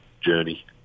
journey